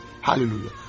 hallelujah